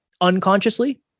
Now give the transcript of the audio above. unconsciously